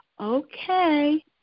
okay